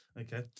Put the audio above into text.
Okay